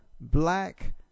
black